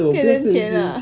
变成钱啊